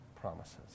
promises